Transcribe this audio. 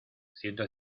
ciento